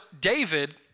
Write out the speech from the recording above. David